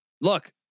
look